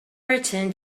returned